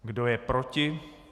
Kdo je proti?